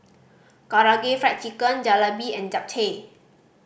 Karaage Fried Chicken Jalebi and Japchae